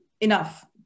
enough